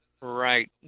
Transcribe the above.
Right